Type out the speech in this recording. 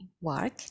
work